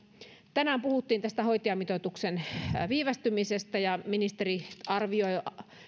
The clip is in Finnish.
tänään puhuttiin tästä hoitajamitoituksen viivästymisestä ja ministeri arvioi